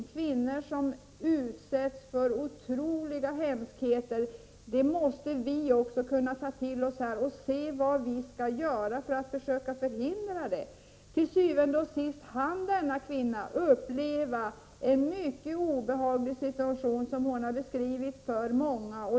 Att kvinnor utsätts för otroliga hemskheter måste vi också här kunna ta till oss och se vad vi skall göra för att försöka förhindra detta. Til syvende og sidst kan denna kvinna uppleva en mycket obehaglig situation som hon har beskrivit för många.